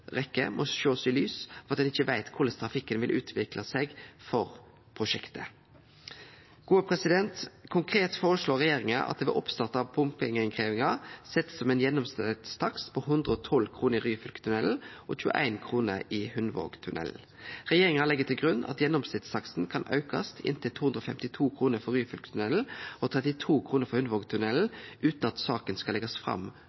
må sjåast i lys av at ein ikkje veit korleis trafikken vil utvikle seg for prosjektet. Konkret føreslår regjeringa at det ved oppstart av bompengeinnkrevjinga blir sett ein gjennomsnittstakst på 112 kr i Ryfylketunnelen og 21 kr i Hundvågtunnelen. Regjeringa legg til grunn at gjennomsnittstaksten kan aukast inntil 252 kr for Ryfylketunnelen og 32 kr for Hundvågtunnelen utan at saka skal leggjast fram